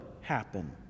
happen